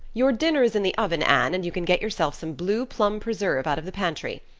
your dinner is in the oven, anne, and you can get yourself some blue plum preserve out of the pantry.